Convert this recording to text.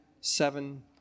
seven